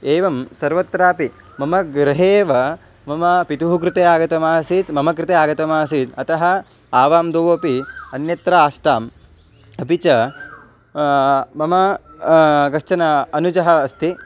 एवं सर्वत्रापि मम गृहे एव मम पितुः कृते आगतमासीत् मम कृते आगतमासीत् अतः आवां द्वौ अपि अन्यत्र आस्ताम् अपि च मम कश्चन अनुजः अस्ति